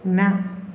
न